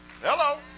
Hello